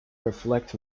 reflect